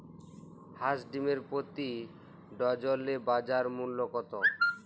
হাঁস ডিমের প্রতি ডজনে বাজার মূল্য কত?